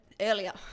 earlier